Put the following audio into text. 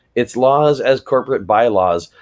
it's laws as corporate bylaws,